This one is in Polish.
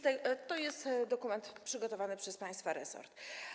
To jest dokument przygotowany przez państwa resort.